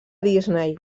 disney